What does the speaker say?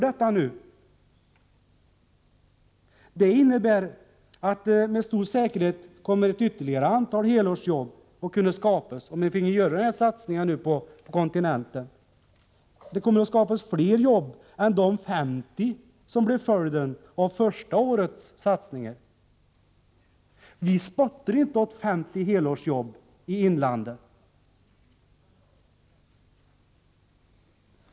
Detta stryper ni nu. Med stor säkerhet skulle ytterligare ett antal helårsjobb kunna skapas, om dessa satsningar gjordes på kontinenten. Det skulle skapa fler jobb än de 50 som blev följden av första årets satsningar. Vi spottar inte fram 50 helårsjobb i inlandet.